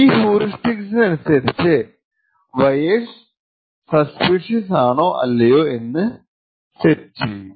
ഈ ഹ്യുറിസ്റ്റിക്സിനനുസരിച് wares suspicious ആണോ അല്ലയോ എന്ന് സെറ്റ് ചെയ്യും